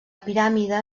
piràmide